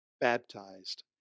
baptized